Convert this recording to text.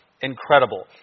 incredible